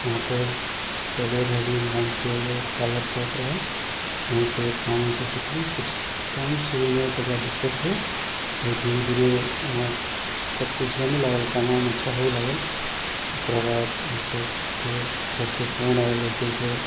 वहाँपर जावेद हबीब नामके एगो पार्लर शॉप रहै वहीँपर काम हमसब सिखली किछु टाइम शुरूमे तकर बाद दिक्कत भेल फेर धीरे धीरे वहाँ सब किछु जमै लागल काम वाम अच्छा हुअए लागल ओकरा बाद हमसब फेर घरसँ फोन आएल अइसे अइसे